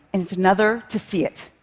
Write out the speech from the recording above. and it's another to see it.